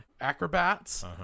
acrobats